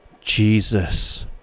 Jesus